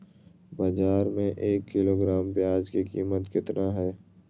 बाजार में एक किलोग्राम प्याज के कीमत कितना हाय?